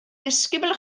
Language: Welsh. ddisgybl